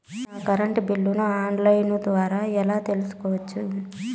నా కరెంటు బిల్లులను online ద్వారా ఎలా తెలుసుకోవచ్చు?